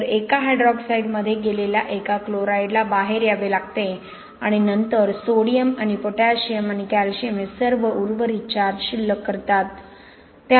तर एका हायड्रॉक्साईडमध्ये गेलेल्या एका क्लोराइडला बाहेर यावे लागते आणि नंतर सोडियम आणि पोटॅशियम आणि कॅल्शियम हे सर्व उर्वरित चार्ज शिल्लक करतात